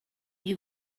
you